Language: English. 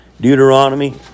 Deuteronomy